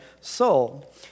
soul